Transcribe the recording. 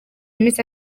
iminsi